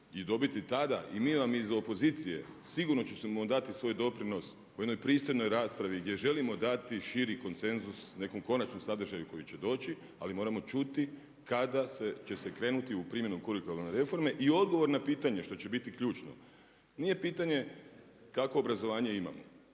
i dobiti tada i mi vam iz opozicije sigurno ćemo dati svoj doprinos u jednoj pristojnoj raspravi gdje želimo dati širi konsenzus nekom konačnom sadržaju koji će doći, ali moramo čuti kada će se krenuti u primjenu kurikularne reforme. I odgovor na pitanje što će biti ključno. Nije pitanje kakvo obrazovanje imamo,